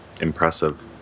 Impressive